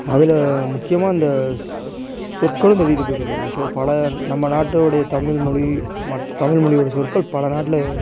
அதில் முக்கியமாக இந்த சொற்களும் திருடிட்டு போயிருக்கு பாருங்க ஸோ பல நம்ம நாட்டோடைய தமிழ்மொழி மற் தமிழ்மொழியோடய சொற்கள் பல நாட்டில்